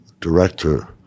Director